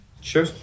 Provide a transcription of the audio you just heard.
Sure